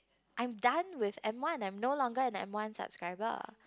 I'm done with M one I'm no longer an M one subscriber